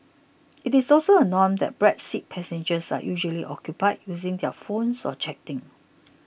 it is also a norm that back seat passengers are usually occupied using their phones or chatting